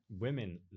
Women